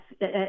yes